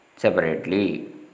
separately